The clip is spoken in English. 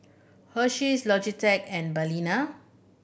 Hersheys Logitech and Balina